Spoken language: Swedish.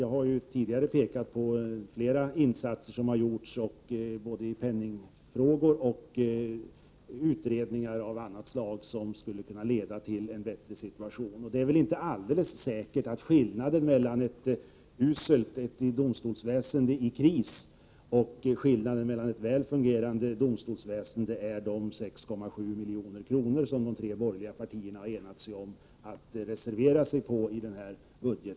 Jag har faktiskt pekat på flera insatser som gjorts både i penningfrågor och i samband med utredningar av olika slag och som skulle kunna leda till en bättre situation. Det är väl inte alldeles säkert att de 6,7 miljoner som de tre borgerliga partierna har enats om skall reserveras i budgeten på ett avgörande sätt skiljer ett domstolsväsende i kris från ett väl fungerande domstolsväsende.